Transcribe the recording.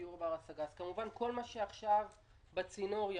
דיור בר-השגה כמובן כל מה שעכשיו בצינור ימשיך.